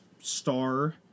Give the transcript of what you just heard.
star